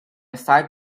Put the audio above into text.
side